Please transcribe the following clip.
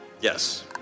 Yes